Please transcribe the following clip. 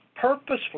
purposefully